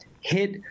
hit